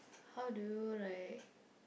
how do you like